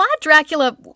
Dracula